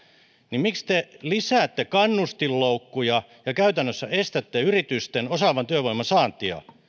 niin miksi te lisäätte kannustinloukkuja ja käytännössä estätte yritysten osaavan työvoiman saantia